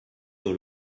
dans